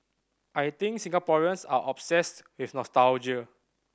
I think Singaporeans are obsessed with nostalgia